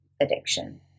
addiction